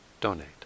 donate